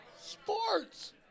Sports